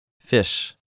Fish